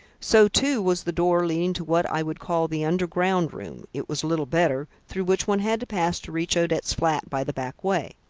so, too, was the door leading to what i would call the underground room it was little better through which one had to pass to reach odette's flat by the back way.